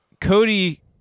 Cody